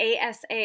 ASA